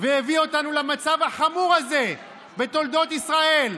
והביא אותנו למצב החמור הזה בתולדות ישראל.